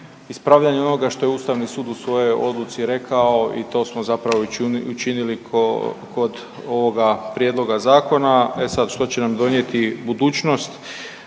ispravljanja onoga što je Ustavni sud u svojoj odluci rekao i to smo zapravo i učinili kod ovoga prijedloga zakona. E sad, što će nam donijeti budućnost?